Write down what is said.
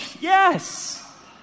Yes